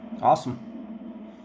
Awesome